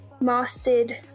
mastered